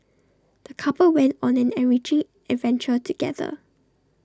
the couple went on an enriching adventure together